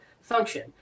function